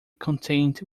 contained